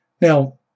Now